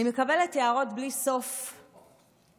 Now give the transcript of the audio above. אני מקבלת הערות בלי סוף בוועדות.